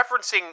referencing